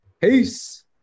Peace